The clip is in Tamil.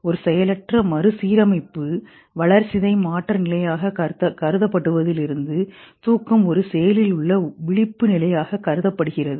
ஒரு செயலற்ற மறுசீரமைப்பு வளர்சிதை மாற்ற நிலையாகக் கருதப்படுவதிலிருந்து தூக்கம் ஒரு செயலில் உள்ள விழிப்பு நிலையாக கருதப்படுகிறது